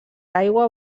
aigua